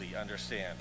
understand